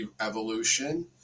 evolution